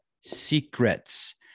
secrets